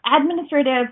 administrative